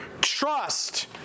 trust